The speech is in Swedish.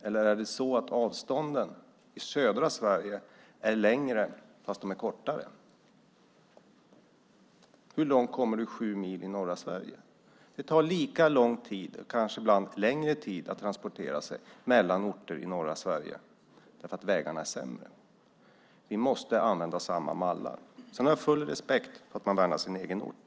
Eller är det så att avstånden i södra Sverige är längre fastän de är kortare? Hur långt kommer du sju mil i norra Sverige? Det tar lika lång tid, ibland längre, att transportera sig mellan orter i norra Sverige eftersom vägarna är sämre. Vi måste använda samma mallar. Sedan har jag full respekt för att man värnar om sin egen ort.